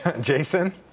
Jason